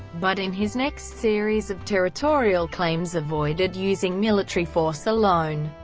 but in his next series of territorial claims avoided using military force alone.